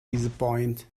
disappoint